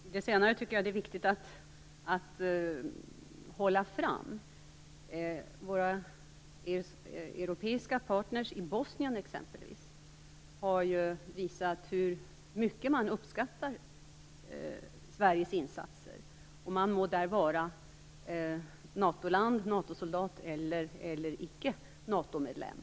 Herr talman! Det senaste tycker jag är viktigt att hålla fram. Våra europeiska partner i Bosnien t.ex. har visat hur mycket de uppskattar Sveriges insatser - de må sedan vara NATO-land, NATO-soldat eller icke NATO-medlem.